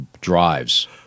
drives